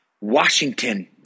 Washington